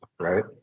right